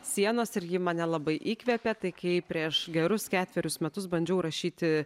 sienos ir ji mane labai įkvėpė tai kai prieš gerus ketverius metus bandžiau rašyti